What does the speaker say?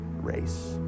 race